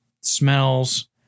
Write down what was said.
smells